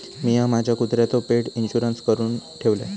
मिया माझ्या कुत्र्याचो पेट इंशुरन्स काढुन ठेवलय